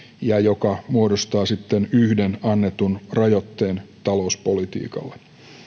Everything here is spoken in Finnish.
ja joka muodostaa sitten yhden annetun rajoitteen talouspolitiikalle